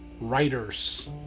writers